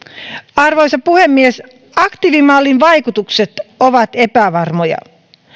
arvoisa puhemies aktiivimallin vaikutukset ovat epävarmoja